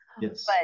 yes